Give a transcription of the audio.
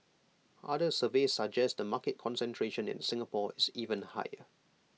other surveys suggest the market concentration in Singapore is even higher